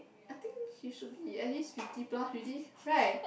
I think he should be at least fifty plus already right